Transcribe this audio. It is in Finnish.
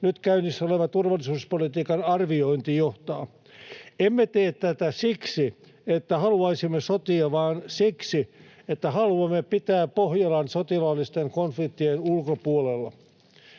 nyt käynnissä oleva turvallisuuspolitiikan arviointi johtaa. Emme tee tätä siksi, että haluaisimme sotia, vaan siksi, että haluamme pitää Pohjolan sotilaallisten konfliktien ulkopuolella.